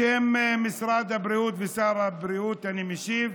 בשם משרד הבריאות ושר הבריאות אני משיב: